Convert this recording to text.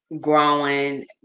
growing